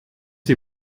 die